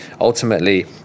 ultimately